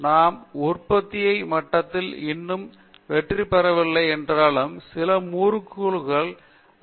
விஸ்வநாதன் நாம் உற்பத்தி மட்டத்தில் இன்னும் வெற்றி பெறவில்லை என்றாலும் சில மூலக்கூறுகளை மாற்றியமைக்க வெற்றி பெற்றிருக்கிறோம்